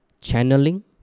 Channeling